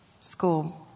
school